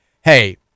hey